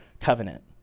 covenant